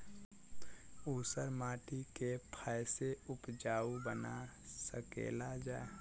ऊसर माटी के फैसे उपजाऊ बना सकेला जा?